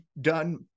done